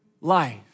life